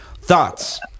thoughts